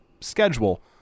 schedule